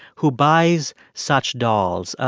who buys such dolls.